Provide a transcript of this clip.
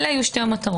אלה היו שתי המטרות,